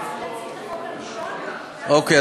אוקיי,